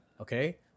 Okay